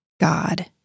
God